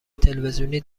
تلویزیونی